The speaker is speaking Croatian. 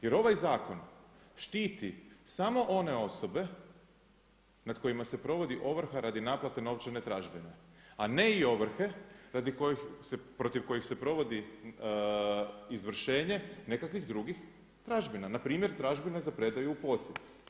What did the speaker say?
Jer ovaj zakon štiti samo one osobe nad kojima se provodi ovrha radi naplate novčane tražbine, a ne i ovrhe protiv kojih se provodi izvršenje nekakvih drugih tražbina, npr. tražbina za predaju u posjed.